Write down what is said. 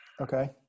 Okay